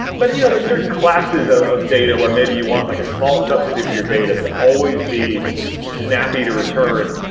but you know there are certain classes of of data where maybe you want like a small subsidy of your data to always be snappy to return,